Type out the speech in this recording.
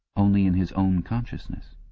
only in his own consciousness,